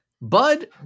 Bud